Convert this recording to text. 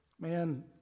man